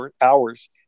hours